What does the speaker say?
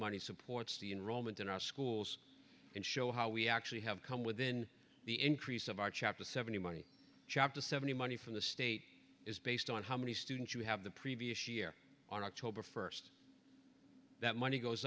money supports the in romans in our schools and show how we actually have come within the increase of our chapter seventy money shot to seventy money from the state is based on how many students you have the previous year on october first that money goes